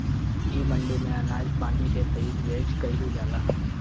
इ मंडी में अनाज पानी के खरीद बेच कईल जाला